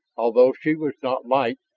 although she was not light,